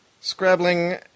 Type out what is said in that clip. scrabbling